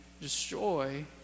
destroy